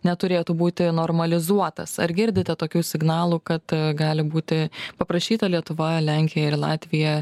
neturėtų būti normalizuotas ar girdite tokių signalų kad gali būti paprašyta lietuva lenkija ir latvija